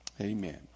Amen